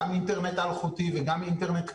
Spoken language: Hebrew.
גם אינטרנט אלחוטי וגם אינטרנט קווי,